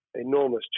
enormous